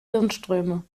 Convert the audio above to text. hirnströme